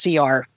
CR